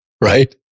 right